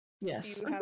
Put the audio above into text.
yes